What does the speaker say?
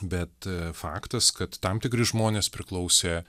bet faktas kad tam tikri žmonės priklausė